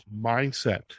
mindset